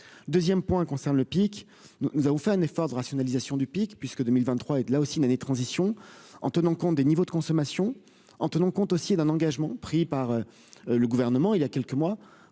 CFA 2ème point concerne le pic, nous avons fait un effort de rationalisation du pic puisque 2023, et de là aussi une année de transition en tenant compte des niveaux de consommation en tenant compte aussi, et d'un engagement pris par le gouvernement il y a quelques mois